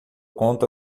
conta